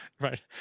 Right